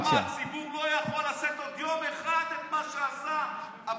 הציבור לא יכול לשאת עוד יום אחד את מה שעשה הבולשביק.